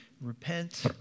repent